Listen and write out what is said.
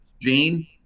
Jane